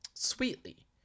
sweetly